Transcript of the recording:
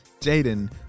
Jaden